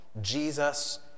Jesus